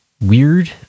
weird